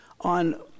on